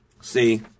See